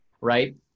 Right